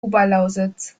oberlausitz